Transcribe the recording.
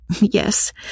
Yes